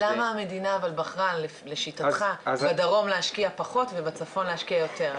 למה המדינה בחרה לשיטתך בדרום להשקיע פחות ובצפון להשקיע יותר?